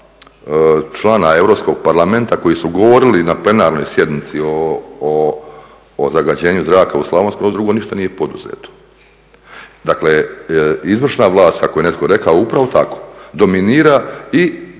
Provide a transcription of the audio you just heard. člana Europskog parlamenta koji su govorili na plenarnoj sjednici o zagađenju zraka u Slavonskom Brodu, ovo drugo ništa nije poduzeto. Dakle, izvršna vlast, kako je netko rekao, upravo tako, dominira i